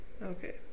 okay